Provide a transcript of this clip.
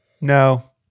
No